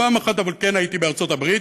אבל פעם אחת כן הייתי בארצות הברית,